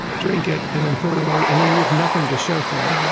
drink it, and and throw it away, and then you have nothing to show for it.